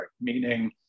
meaning